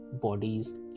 bodies